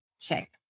check